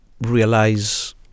realize